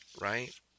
right